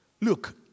look